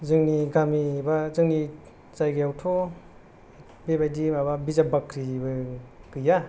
जोंनि गामि एबा जोंनि जायगायावथ' बेबादि माबा बिजाब बाख्रिबो गैया